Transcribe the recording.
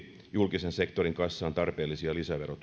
julkisen sektorin kassaan tarpeellisia lisäverotuloja